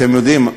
אתם יודעים,